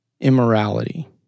immorality